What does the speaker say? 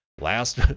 Last